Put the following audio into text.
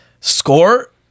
Score